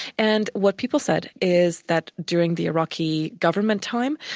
and what people said is that during the iraqi government time,